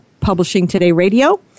publishingtodayradio